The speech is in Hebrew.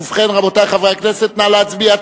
ובכן, רבותי חברי הכנסת, נא להצביע.